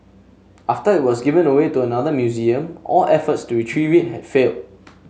after it was given away to another museum all efforts to retrieve it had failed